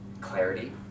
clarity